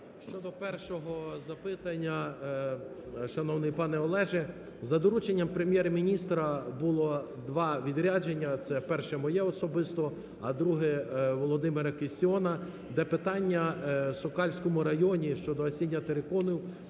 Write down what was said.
Щодо першого запитання, шановний пане Олеже, за дорученням Прем'єр-міністра, було два відрядження: це перше – моє особисто, а друге – Володимира Кістіона, де питання в Сокальському районі щодо гасіння терикону